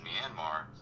Myanmar